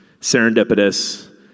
serendipitous